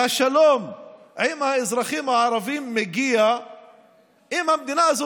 והשלום עם האזרחים הערבים מגיע אם המדינה הזו